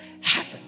happen